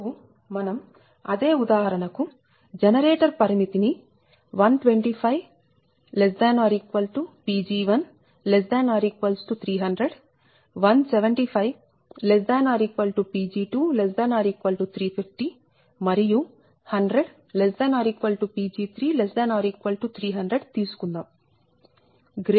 ఇప్పుడు మనం అదే ఉదాహరణ కు జనరేటర్ పరిమితి ని125 ≤ Pg1 ≤ 300 175 ≤ Pg2 ≤ 350 మరియు 100 ≤ Pg3 ≤ 300 తీసుకుందాం